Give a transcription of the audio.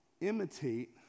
imitate